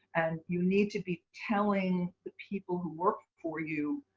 and you need to be telling the people who work for you,